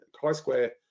chi-square